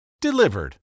Delivered